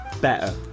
better